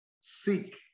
seek